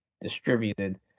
distributed